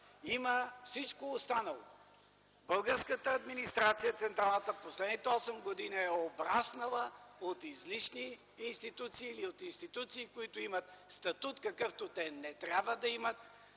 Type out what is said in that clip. има всичко останало. Българската администрация – централната, последните осем години е обраснала от излишни институции и институции, които имат статут, какъвто те не трябва да имат.